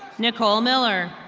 nicole miller.